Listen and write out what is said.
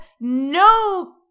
no